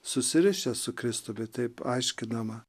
susirišę su kristumi taip aiškinama